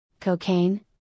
cocaine